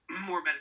more